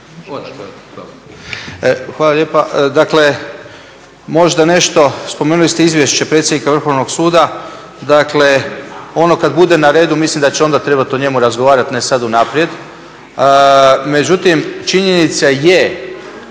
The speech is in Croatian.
Hvala lijepa. Dakle, možda nešto, spomenuli ste izvješće predsjednika Vrhovnog suda, dakle ono kada bude na redu mislim da će onda trebati o njemu razgovarati, ne sada unaprijed. Međutim, činjenica je